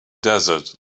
desert